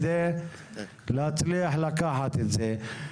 על מנת להצליח לקחת את זה.